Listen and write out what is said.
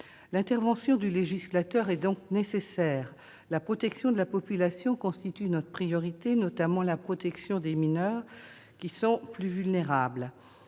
L'intervention du législateur est donc nécessaire. La protection de la population constitue notre priorité. Je pense notamment à la protection des mineurs, qui sont plus vulnérables.